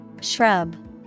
Shrub